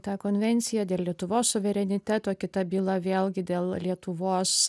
tą konvenciją dėl lietuvos suvereniteto kita byla vėlgi dėl lietuvos